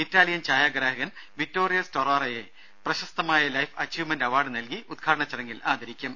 Italian ഛായാഗ്രാഹകൻ Vittorio സ്റ്റൊറാറയെ പ്രശസ്തമായ ലൈഫ് അച്ചീവ്മെന്റ് അവാർഡ് നൽകി ഉദ്ഘാടന ചടങ്ങിൽ ആദരിക്കും